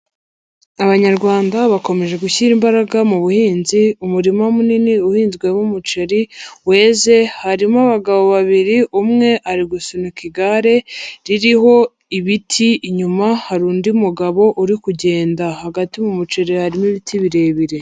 Abanyarwanda bakomeje gushyira imbaraga mu buhinzi, umurima munini uhinzwemo umuceri weze harimo abagabo babiri umwe ari gusunika igare ririho ibiti inyuma hari undi mugabo uri kugenda, hagati mu muceri harimo ibiti birebire.